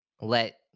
let